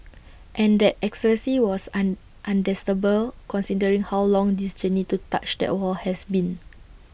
and that ecstasy was on understandable considering how long this journey to touch that wall has been